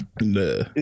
No